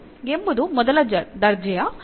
ಎಂಬುದು ಮೊದಲ ದರ್ಜೆಯ ಅವಕಲನ ಸಮೀಕರಣಕ್ಕೆ ಉದಾಹರಣೆಯಾಗಿದೆ